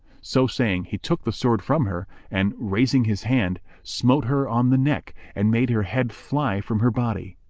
so saying, he took the sword from her and, raising his hand, smote her on the neck and made her head fly from her body.